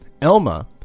Elma